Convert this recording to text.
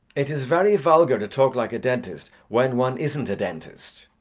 it is very vulgar to talk like a dentist when one isn't a dentist.